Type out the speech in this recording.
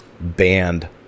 banned